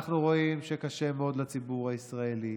אנחנו רואים שקשה מאוד לציבור הישראלי.